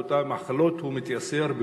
באותן מחלות הוא מתייסר,